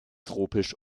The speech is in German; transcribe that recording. tropisch